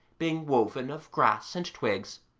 being woven of grass and twigs,